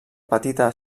petita